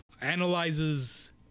analyzes